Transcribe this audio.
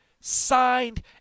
signed